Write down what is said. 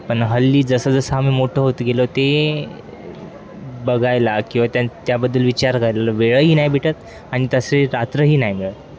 पण हल्ली जसं जसं आम्ही मोठं होत गेलो ते बघायला किंवा त्यां त्याबद्दल विचार करायला वेळही नाही भेटत आणि तसे रात्रही नाही मिळत